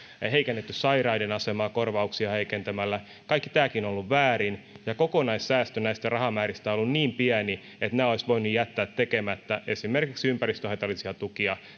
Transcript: ja heikennetty sairaiden asemaa korvauksia heikentämällä ja kaikki tämäkin on ollut väärin kokonaissäästö näistä rahamääristä on ollut niin pieni että nämä olisi voinut jättää tekemättä leikkaamalla sen sijaan esimerkiksi ympäristöhaitallisia tukia